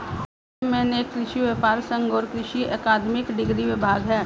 विश्व में अनेक कृषि व्यापर संघ और कृषि अकादमिक डिग्री विभाग है